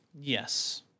Yes